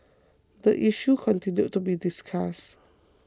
the issue continued to be discussed